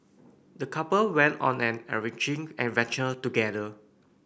the couple went on an enriching adventure together